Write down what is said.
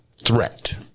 threat